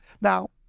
Now